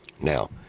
Now